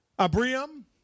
Abraham